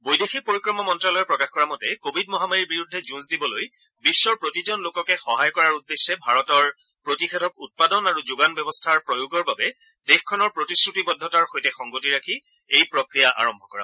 বৈদেশিক পৰিক্ৰমা মন্ত্যালয়ে প্ৰকাশ কৰা মতে কৰিড মহামাৰীৰ বিৰুদ্ধে যুঁজ দিবলৈ বিশ্বৰ প্ৰতিজন লোককে সহায় কৰাৰ উদ্দেশ্যে ভাৰতৰ প্ৰতিষেধক উৎপাদন আৰু যোগান ব্যৱস্থাৰ প্ৰয়োগৰ বাবে দেশখনৰ প্ৰতিশ্ৰতিবদ্ধতাৰ সৈতে সংগতি ৰাখি এই প্ৰক্ৰিয়া আৰম্ভ কৰা হৈছে